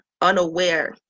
unaware